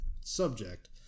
subject